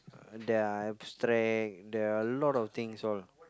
uh there are abstract there are a lot of things all